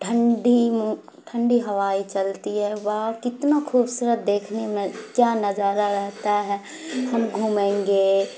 ٹھنڈی ٹھنڈی ہوائے چلتی ہے وہا کتنا خوبصورت دیکھنے میں کیا نظارہ رہتا ہے ہم گھومیں گے